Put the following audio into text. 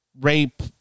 rape